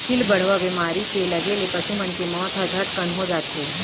पिलबढ़वा बेमारी के लगे ले पसु मन के मौत ह झटकन हो जाथे